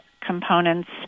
components